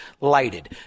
lighted